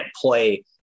play